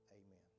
amen